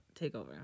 Takeover